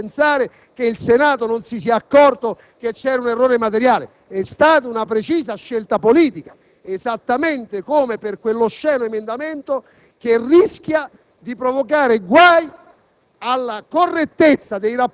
è inaccettabile che si voglia far pensare che il Senato non si sia accorto di un errore materiale. È stata una precisa scelta politica, esattamente, come è avvenuto per quell'osceno emendamento che rischia di provocare guai